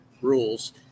rules